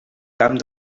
camp